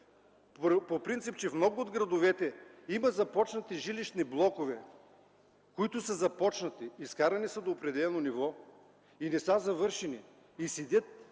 проблеми. В много от градовете има започнати жилищни блокове, които са започнати, изкарани са до определено ниво и не са завършени, стоят